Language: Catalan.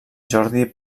jordi